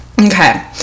okay